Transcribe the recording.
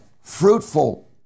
fruitful